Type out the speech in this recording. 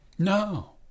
No